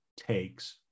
takes